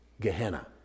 Gehenna